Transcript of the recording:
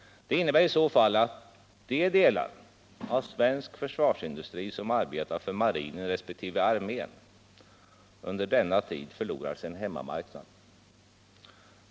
Det innebär i sin tur att de delar av svensk försvarsindustri som arbetar för marinen resp. armén under denna tid förlorar sin hemmamarknad.